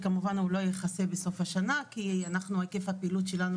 שכמובן הוא לא יכסה בסוף השנה כי היקף הפעילות שלנו,